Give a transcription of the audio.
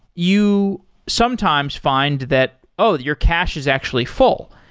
you sometimes find that, oh! your cache is actually full,